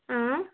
اۭں